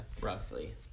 Roughly